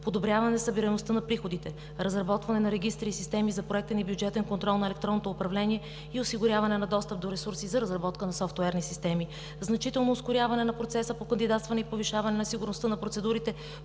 подобряване на събираемостта на приходите; разработване на регистри и системи за проектен и бюджетен контрол на електронното управление и осигуряване на достъп до ресурси за разработка на софтуерни системи; значително ускоряване на процеса по кандидатстване и повишаване на сигурността на процедурите